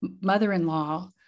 mother-in-law